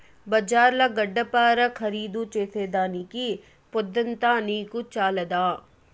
బజార్ల గడ్డపార ఖరీదు చేసేదానికి పొద్దంతా నీకు చాలదా